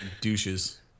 douches